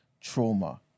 trauma